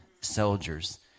soldiers